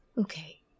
Okay